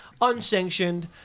unsanctioned